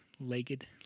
legged